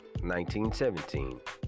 1917